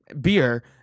beer